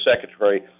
secretary